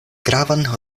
gravan